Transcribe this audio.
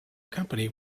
company